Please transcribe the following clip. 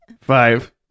Five